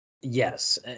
Yes